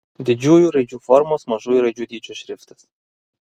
didžiųjų raidžių formos mažųjų raidžių dydžio šriftas